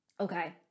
Okay